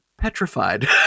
petrified